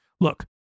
Look